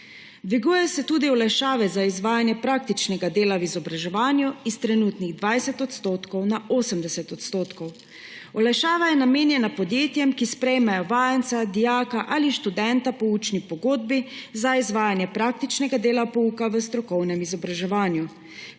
Dvigujejo se tudi olajšave za izvajanje praktičnega dela v izobraževanju s trenutnih 20 % na 80 %. Olajšava je namenjena podjetjem, ki sprejmejo vajenca, dijaka ali študenta po učni pogodbi za izvajanje praktičnega dela pouka v strokovnem izobraževanju,